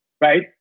right